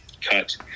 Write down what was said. cut